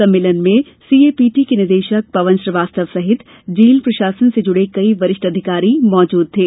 सम्मेलन में सीएपीटी के निदेशक पवन श्रीवास्तव सहित जेल प्रशासन से जुड़े कई वरिष्ठ अधिकारी मौजूद थे